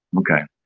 okay.